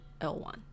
L1